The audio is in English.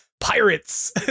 pirates